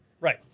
Right